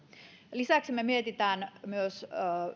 lisäksi me mietimme myös